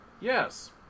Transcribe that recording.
Yes